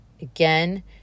Again